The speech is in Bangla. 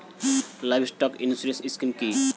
লাইভস্টক ইন্সুরেন্স স্কিম কি?